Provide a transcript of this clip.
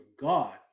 God